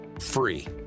free